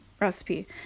recipe